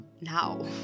Now